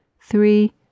three